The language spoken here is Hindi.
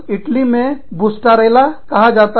इटली में बुस्टारेल्ला कहा जाता है